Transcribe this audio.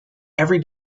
every